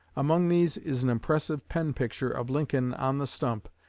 among these is an impressive pen-picture of lincoln on the stump,